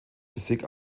physik